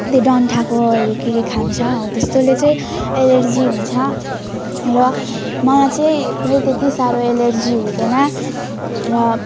त्यो डन्ठाकोहरू के के खान्छ हौ त्यस्तोले चाहिँ एलर्जी हुन्छ र मलाई चाहिँ कुनै त्यति साह्रो एलर्जी हुँदैन र